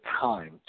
time